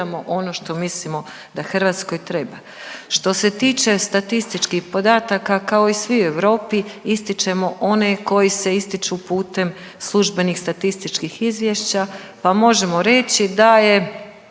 ono što mislimo da Hrvatskoj treba. Što se tiče statističkih podataka, kao i svi u Europi, ističemo one koji se ističu putem službenih statističkih izvješća pa možemo reći da je